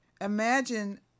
Imagine